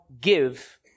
give